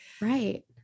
right